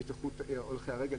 בטיחות הולכי הרגל,